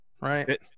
right